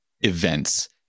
events